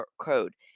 Code